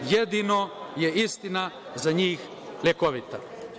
Jedino je istina za njih lekovita.